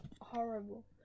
horrible